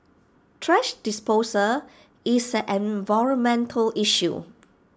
thrash disposal is an environmental issue